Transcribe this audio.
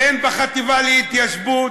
הן בחטיבה להתיישבות,